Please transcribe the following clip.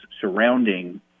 surrounding